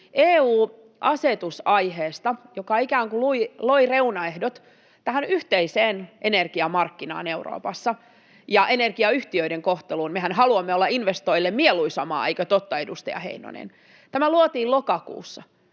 EU-asetus aiheesta, joka ikään kuin loi reunaehdot tähän yhteiseen energiamarkkinaan Euroopassa ja energiayhtiöiden kohteluun — mehän haluamme olla investoijille mieluisa maa, eikö totta, edustaja Heinonen — luotiin lokakuussa.